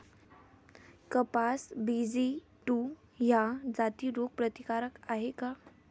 कपास BG two ह्या जाती रोग प्रतिकारक हाये का?